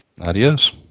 Adios